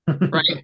right